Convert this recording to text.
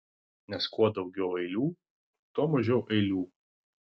nes kuo daugiau eilių tuo mažiau eilių